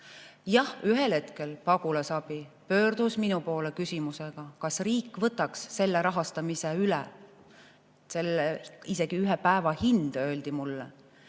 Jah, ühel hetkel pagulasabi pöördus minu poole küsimusega, kas riik võtaks selle rahastamise üle. Isegi ühe päeva hind öeldi mulle.